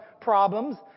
problems